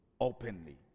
openly